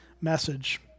message